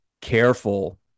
careful